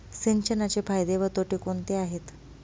सिंचनाचे फायदे व तोटे कोणते आहेत?